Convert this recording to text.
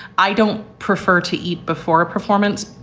i don't prefer to eat before a performance.